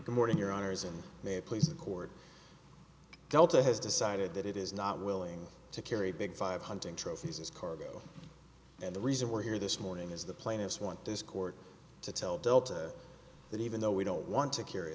the morning your honor is and may have placed cord delta has decided that it is not willing to carry big five hunting trophies as cargo and the reason we're here this morning is the plaintiffs want this court to tell delta that even though we don't want to carry